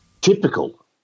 typical